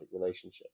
relationship